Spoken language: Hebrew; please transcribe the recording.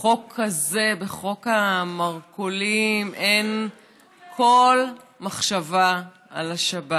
בחוק הזה, בחוק המרכולים, אין כל מחשבה על השבת.